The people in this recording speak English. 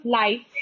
life